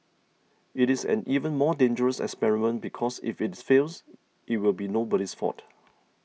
it is an even more dangerous experiment because if it fails it will be nobody's fault